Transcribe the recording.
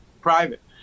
private